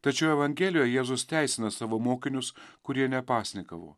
tačiau evangelijoje jėzus teisina savo mokinius kurie nepasninkavo